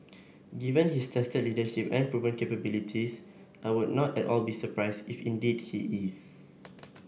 given his tested leadership and proven capabilities I would not at all be surprised if indeed he is